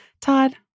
Todd